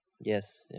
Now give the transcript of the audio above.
Yes